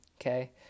okay